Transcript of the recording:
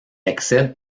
accède